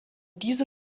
diese